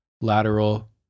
lateral